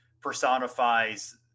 personifies